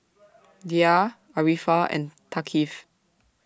Dhia Arifa and Thaqif